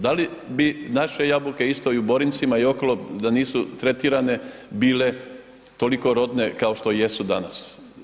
Da li bi naše jabuke isto i u Borincima i okolo da nisu tretirane bilo toliko rodne kao što jesu danas.